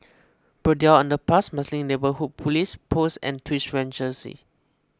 Braddell Underpass Marsiling Neighbourhood Police Post and Twin Regency